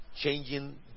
changing